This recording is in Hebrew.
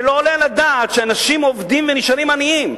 הרי לא עולה על הדעת שאנשים עובדים ונשארים עניים.